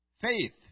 Faith